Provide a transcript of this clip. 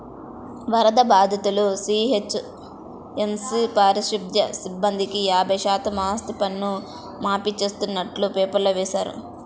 వరద బాధితులు, జీహెచ్ఎంసీ పారిశుధ్య సిబ్బందికి యాభై శాతం ఆస్తిపన్ను మాఫీ చేస్తున్నట్టు పేపర్లో వేశారు